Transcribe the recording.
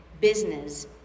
business